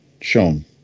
shown